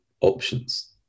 options